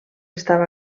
estava